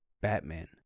Batman